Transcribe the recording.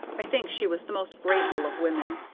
i think she was the most grateful of women,